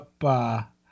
up –